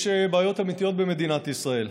יש בעיות אמיתיות במדינת ישראל.